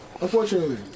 Unfortunately